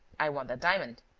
i want that diamond.